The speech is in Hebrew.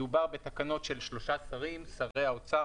מדובר בתקנות של שלושה שרים שרי האוצר,